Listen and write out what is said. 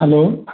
hello